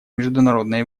международной